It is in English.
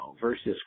versus